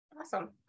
Awesome